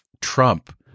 Trump